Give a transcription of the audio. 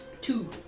Two